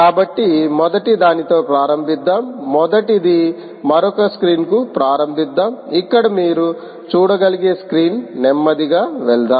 కాబట్టి మొదటిదానితో ప్రారంభిద్దాం మొదటిది మరొక స్క్రీన్కు ప్రారంభిద్దాం ఇక్కడ మీరు చూడగలిగే స్క్రీన్ నెమ్మదిగా వెళ్దాం